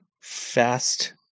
Fast